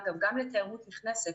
אגב, גם לתיירות נכנסת.